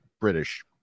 British